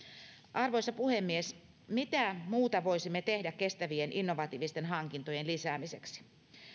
arvoisa puhemies mitä muuta voisimme tehdä kestävien innovatiivisten hankintojen lisäämiseksi